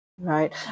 Right